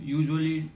usually